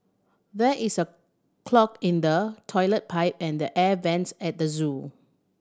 there is a clog in the toilet pipe and the air vents at the zoo